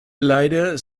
leider